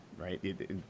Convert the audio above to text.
right